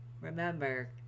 remember